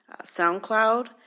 SoundCloud